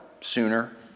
sooner